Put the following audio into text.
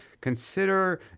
Consider